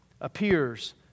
appears